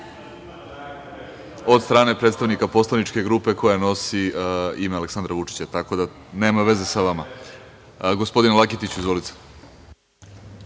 od strane predstavnika poslaničke grupe koja nosi ime Aleksandar Vučić, tako da nema veze sa vama. Gospodine Laketiću, izvolite.